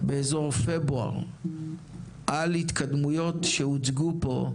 באזור פברואר, על התקדמויות שהוצגו פה,